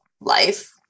life